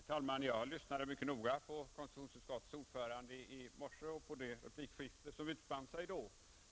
Herr talman! Jag lyssnade mycket noga på konstitutionsutskottets ordförande i morse och på det replikskifte som utspann sig då.